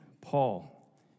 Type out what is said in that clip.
Paul